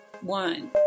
one